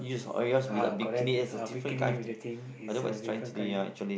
ah correct uh bikini with the thing is a different kind